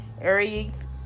Aries